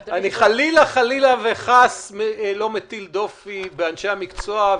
חלילה, חלילה וחס, אני לא מטיל דופי באנשי המקצוע.